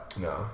No